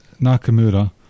Nakamura